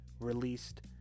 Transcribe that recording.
released